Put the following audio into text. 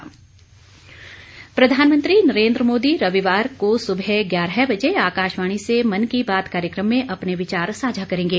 मन की बात प्रधानमंत्री नरेन्द्र मोदी रविवार को सुबह ग्यारह बजे आकाशवाणी से मन की बात कार्यक्रम में अपने विचार साझा करेंगे